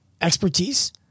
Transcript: expertise